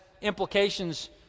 implications